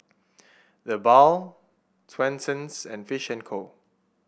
TheBalm Swensens and Fish and Co